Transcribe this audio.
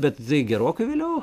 bet tai gerokai vėliau